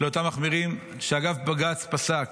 לאותם מחמירים, ואגב, בג"ץ פסק